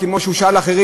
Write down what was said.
כמו שהוא שאל אחרים,